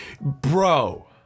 bro